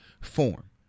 form